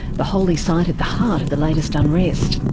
the holy site at the heart of the latest unrest.